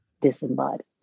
disembodied